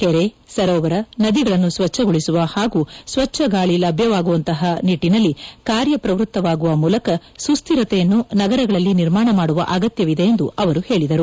ಕೆರೆ ಸರೋವರ ನದಿಗಳನ್ನು ಸ್ವಚ್ಛಗೊಳಿಸುವ ಹಾಗೂ ಸ್ವಚ್ಛ ಗಾಳಿ ಲಭ್ಯವಾಗುವಂತಹ ನಿಟ್ಟನಲ್ಲಿ ಕಾರ್ಯಪ್ರವೃತ್ತವಾಗುವ ಮೂಲಕ ಸುಸ್ವಿರತೆಯನ್ನು ನಗರಗಳಲ್ಲಿ ನಿರ್ಮಾಣ ಮಾಡುವ ಅಗತ್ಖವಿದೆ ಎಂದು ಅವರು ಹೇಳಿದರು